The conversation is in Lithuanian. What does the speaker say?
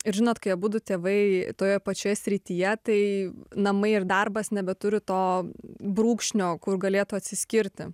ir žinot kai abudu tėvai toje pačioje srityje tai namai ir darbas nebeturi to brūkšnio kur galėtų atsiskirti